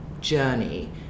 journey